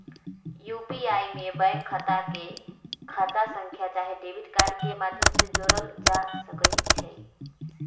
UPI में bank खता के खता संख्या चाहे डेबिट कार्ड के माध्यम से जोड़ल जा सकइ छै